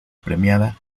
premiada